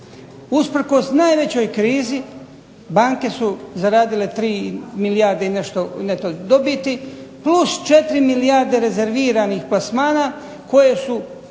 Usprkos najvećoj krizi banke su zaradile 3 milijarde i nešto neto dobiti plus 4 milijarde rezerviranih plasmana koje su,